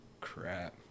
Crap